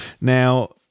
Now